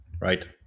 Right